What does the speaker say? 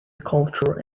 cultural